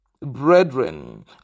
brethren